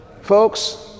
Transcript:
Folks